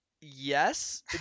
Yes